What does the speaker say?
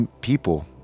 people